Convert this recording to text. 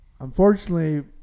unfortunately